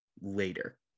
later